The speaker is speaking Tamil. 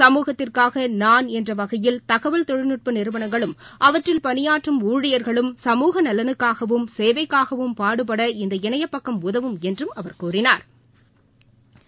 சமூகத்திற்காக நான் என்ற வகையில் தகவல் தொழில்நுட்ப நிறுவனங்களும் அவற்றில் பணியாற்றும் ஊழியர்களும் சமூக நலனுக்காகவும் சேவைக்காகவும் பாடுபட இந்த இணைய பக்கம் உதவும் என்றும் அவர் கூறினாள்